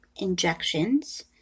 injections